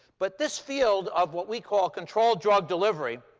but this field of what we call controlled drug delivery,